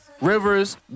Rivers